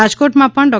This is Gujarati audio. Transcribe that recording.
રાજકોટમાં પણ ડૉ